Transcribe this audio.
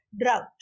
drought